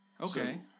Okay